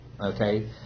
okay